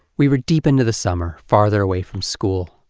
we were deep into the summer, farther away from school.